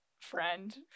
friend